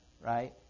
right